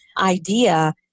idea